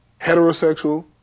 heterosexual